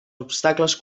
obstacles